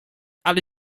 ale